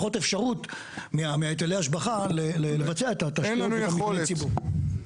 פחות אפשרות מהיטלי השבחה לבצע את התשלום למבני ציבור.